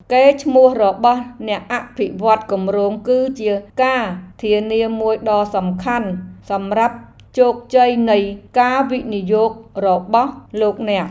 កេរ្តិ៍ឈ្មោះរបស់អ្នកអភិវឌ្ឍន៍គម្រោងគឺជាការធានាមួយដ៏សំខាន់សម្រាប់ជោគជ័យនៃការវិនិយោគរបស់លោកអ្នក។